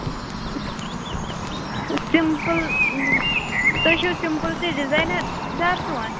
simple تُہۍ چھُو simple تہِ ڈِزاینَر دار سُوان